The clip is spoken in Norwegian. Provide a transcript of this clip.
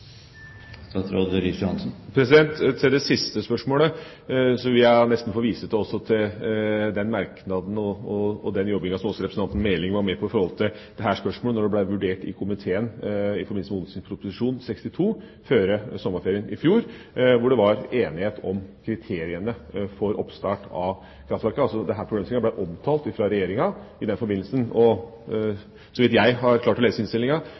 Til det siste spørsmålet vil jeg nesten få vise til den merknaden og den jobbinga som også representanten Meling var med på da dette spørsmålet ble vurdert i komiteen i forbindelse med Ot.prp. nr. 62 for 2008–2009 før sommerferien i fjor, hvor det var enighet om kriteriene for oppstart av kraftverkene. Denne problemstillinga ble omtalt av Regjeringa i den forbindelsen. Så langt jeg har klart å lese innstillinga,